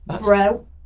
bro